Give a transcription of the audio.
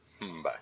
Bye